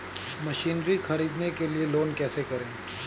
Machinery ख़रीदने के लिए लोन कैसे करें?